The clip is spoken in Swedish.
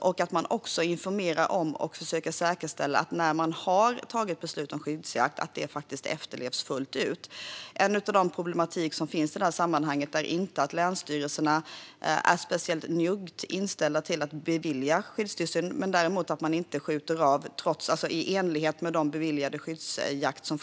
Det handlar också om att försöka säkerställa att beslut om skyddsjakt fullt ut efterlevs. Problemet i detta sammanhang är inte att länsstyrelserna är speciellt njugga i fråga om att bevilja skyddsjakt. Det är däremot ett problem att man inte skjuter av i enlighet med den beviljade skyddsjakten.